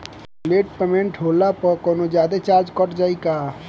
Late payment होला पर कौनोजादे चार्ज कट जायी का?